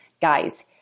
Guys